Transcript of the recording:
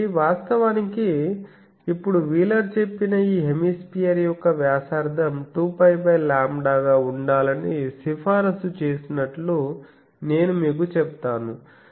కాబట్టి వాస్తవానికి ఇప్పుడు వీలర్ చెప్పిన ఈ హేమిస్పియర్ యొక్క వ్యాసార్థం 2π λ గా ఉండాలని సిఫారసు చేసినట్లు నేను మీకు చెప్తాను